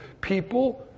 people